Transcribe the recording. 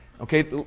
okay